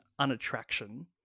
unattraction